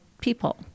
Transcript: people